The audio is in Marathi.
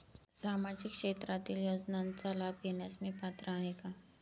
सामाजिक क्षेत्रातील योजनांचा लाभ घेण्यास मी पात्र आहे का?